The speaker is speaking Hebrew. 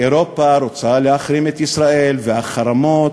אירופה רוצה להחרים את ישראל, והחרמות